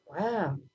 wow